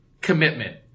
commitment